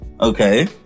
Okay